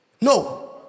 No